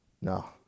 no